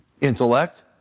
intellect